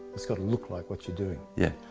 it's got to look like what you're doing. yeah.